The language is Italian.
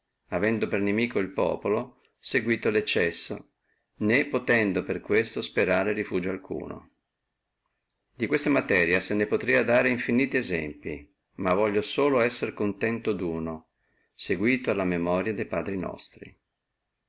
avendo per inimico el populo seguíto lo eccesso né potendo per questo sperare refugio alcuno di questa materia se ne potria dare infiniti esempli ma voglio solo esser contento di uno seguito alla memoria de padri nostri